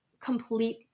complete